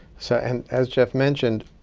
so and as jeff mentioned,